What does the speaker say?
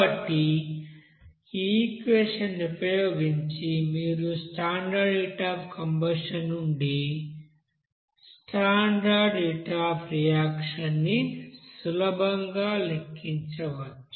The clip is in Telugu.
కాబట్టి ఈ ఈక్వెషన్ని ఉపయోగించి మీరు స్టాండర్డ్ హీట్ అఫ్ కంబషన్ నుండి స్టాండర్డ్ హీట్ అఫ్ రియాక్షన్ ని సులభంగా లెక్కించవచ్చు